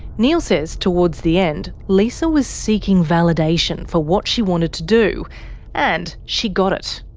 neil says towards the end, lisa was seeking validation for what she wanted to do and she got it.